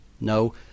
No